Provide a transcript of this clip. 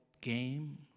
game